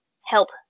help